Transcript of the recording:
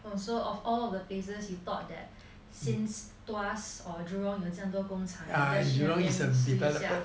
so of all the places you thought that since tuas or jurong 有这样多工厂 you just 去那边试一下